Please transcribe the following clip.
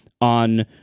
on